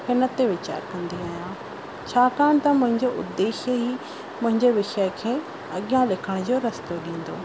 हिन ते विचार कंदी आहियां छाकाणि त मुंहिंजो उद्देश्य ई मुंहिंजो विषय खे अॻियां लिखण जो रस्तो ॾींदो